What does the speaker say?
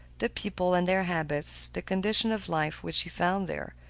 the people and their habits, the conditions of life which he found there.